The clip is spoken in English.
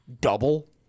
Double